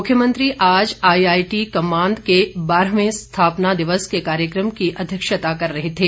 मुख्यमंत्री आज आईआईटी कमांद के बारहवें स्थापना दिवस के कार्यक्रम की अध्यक्षता कर रहे थे